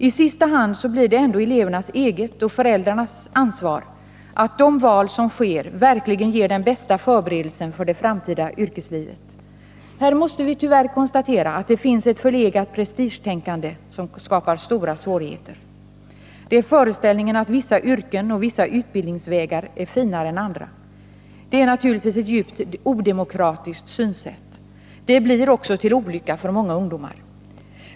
I sista hand blir det ändå elevernas eget, och föräldrarnas, ansvar att de val som sker verkligen ger den bästa förberedelsen för det framtida yrkeslivet. Här måste vi tyvärr konstatera att det finns ett förlegat prestigetänkande som skapar stora svårigheter. Det är föreställningen att vissa yrken och vissa utbildningsvägar är finare än andra. Detta är naturligtvis ett djupt odemokratiskt synsätt. Det blir också till olycka för många ungdomar.